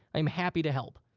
i'm happy to help.